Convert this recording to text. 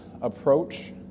approach